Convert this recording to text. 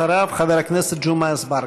אחריו, חבר הכנסת ג'מעה אזברגה.